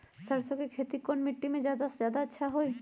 सरसो के खेती कौन मिट्टी मे अच्छा मे जादा अच्छा होइ?